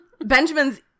Benjamin's